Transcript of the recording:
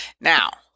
Now